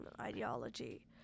ideology